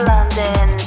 London